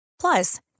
Plus